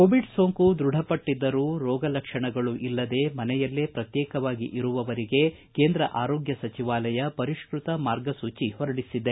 Covid ಸೋಂಕು ದೃಢಪಟ್ಲದ್ದರೂ ರೋಗ ಲಕ್ಷಣಗಳು ಇಲ್ಲದೇ ಮನೆಯಲ್ಲೇ ಪ್ರತ್ಯೇಕವಾಗಿ ಇರುವವರಿಗೆ ಕೇಂದ್ರ ಆರೋಗ್ಯ ಸಚಿವಾಲಯ ಪರಿಷ್ಟತ ಮಾರ್ಗಸೂಚಿ ಹೊರಡಿಸಿದೆ